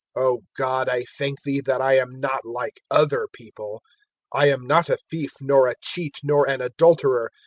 o god, i thank thee that i am not like other people i am not a thief nor a cheat nor an adulterer,